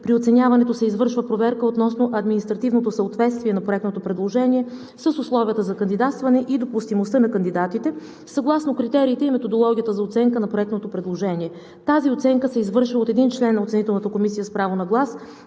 При оценяването се извършва проверка относно административното съответствие на проектното предложение с условията за кандидатстване и допустимостта на кандидатите съгласно критериите и методологията за оценка на проектното предложение. Тази оценка се извършва от един член на оценителната комисия с право на глас,